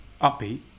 upbeat